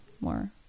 more